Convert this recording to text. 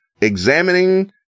examining